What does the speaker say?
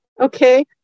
Okay